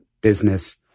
business